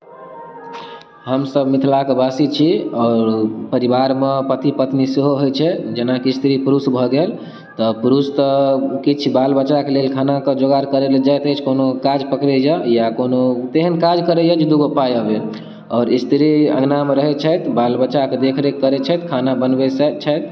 हमसब मिथलाके बासी छी आओर परिवारमे पतिपत्नी सेहो होइत छै जेना कि स्त्रीपुरुष भऽ गेल तऽ पुरुष तऽ किछु बालबच्चाके लेल खाना कऽ जोगार करै लेल जाइत अछि कोनो काज पकड़ैया या कोनो तेहन काज करैया जे दू गो पाइ अबै आओर स्त्री अङनामे रहैत छथि बालबच्चाके देखरेख करैत छथि खाना बनबैत छथि